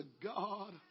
God